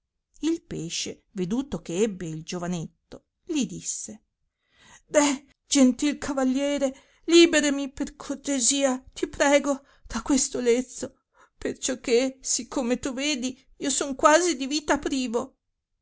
il pesce veduto che ebbe il giovanetto li disse deh gentil cavaliere liberami per cortesia ti prego da questo lezzo perciò che sì come tu vedi io son quasi di vita privo